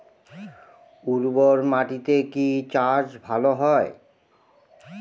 উর্বর মাটিতে কি চাষ ভালো হয়?